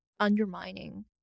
undermining